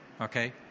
okay